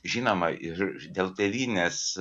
žinoma ir dėl tėvynės